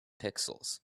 pixels